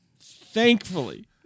Thankfully